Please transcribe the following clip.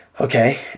Okay